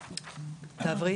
שכותרתו: מומנטום.) (מקרינה שקף,